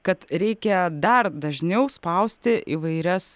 kad reikia dar dažniau spausti įvairias